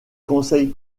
conseil